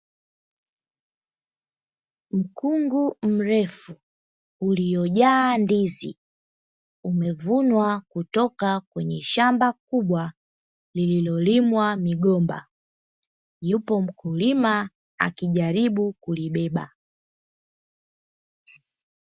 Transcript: Mkungu mrefu uliojaa ndizi umevunwa kutoka kwenye shamba kubwa lililolimwa migomba. Yupo mkulima akijaribu kulibeba.